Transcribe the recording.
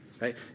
right